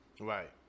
Right